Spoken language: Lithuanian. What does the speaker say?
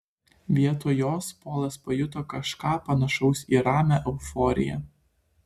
vietoj jos polas pajuto kažką panašaus į ramią euforiją